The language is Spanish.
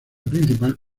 principal